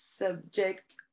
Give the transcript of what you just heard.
Subject